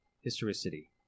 historicity